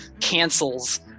cancels